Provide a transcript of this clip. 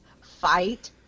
fight